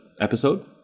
episode